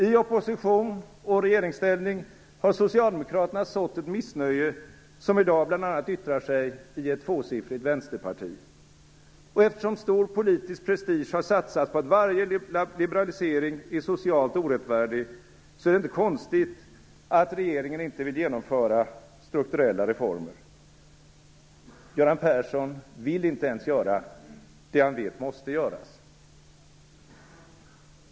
I opposition och regeringsställning har socialdemokraterna sått ett missnöje, som i dag bl.a. yttrar sig i ett tvåsiffrigt vänsterparti. Och eftersom stor politisk prestige har satsats på att varje liberalisering är socialt orättfärdig, är det inte konstigt att regeringen inte vill genomföra strukturella reformer. Göran Persson vill inte göra ens det han vet måste göras.